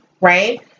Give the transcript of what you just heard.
right